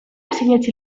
sinetsi